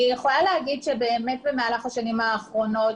אני יכולה לומר שבאמת במהלך השנים האחרונות